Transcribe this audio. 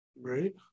Right